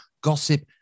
gossip